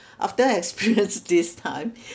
after experience this time